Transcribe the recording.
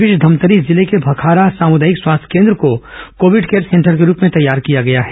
इस बीच धमतरी जिले के भखारा सामुदायिक स्वास्थ्य केंद्र को कोविड केयर सेंटर के रूप में तैयार किया गया है